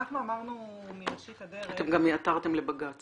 אנחנו אמרנו מראשית הדרך --- אתם גם עתרתם לבג"צ